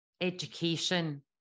education